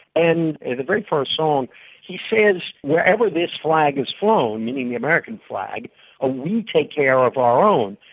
and in the very first song he says, wherever this flag is flown' meaning the american flag ah we take care of our own.